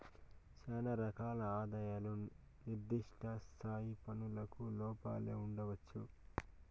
శానా రకాల ఆదాయాలు నిర్దిష్ట స్థాయి పన్నులకు లోపలే ఉండొచ్చు